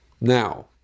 Now